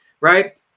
right